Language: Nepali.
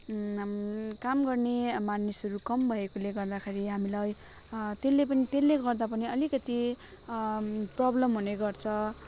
काम गर्ने मानिसहरू कम भएकोले गर्दाखेरि हामीलाई त्यसले पनि त्यसले गर्दा पनि अलिकति प्रब्लम हुनेगर्छ